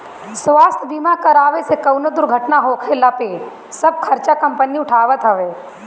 स्वास्थ्य बीमा करावे से कवनो दुर्घटना होखला पे सब खर्चा कंपनी उठावत हवे